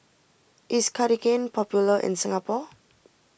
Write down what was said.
is Cartigain popular in Singapore